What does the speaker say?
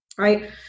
right